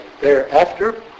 thereafter